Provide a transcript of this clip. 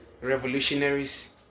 revolutionaries